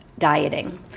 dieting